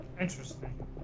Interesting